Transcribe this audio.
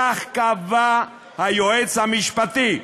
כך קבע היועץ המשפטי,